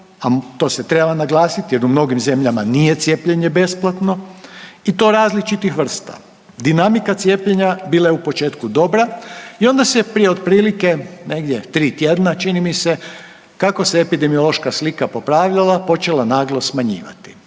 a to se treba naglasiti jer u mnogim zemljama nije cijepljenje besplatno, i to različitih vrsta. Dinamika cijepljenja bila je u početku dobra i onda se prije otprilike, negdje 3 tjedna, čini mi se, kako se epidemiološka slika popravljala, počela naglo smanjivati.